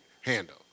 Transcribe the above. handle